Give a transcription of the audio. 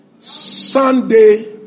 Sunday